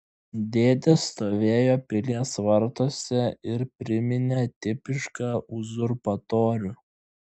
dėdė stovėjo pilies vartuose ir priminė tipišką uzurpatorių